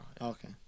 Okay